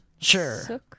Sure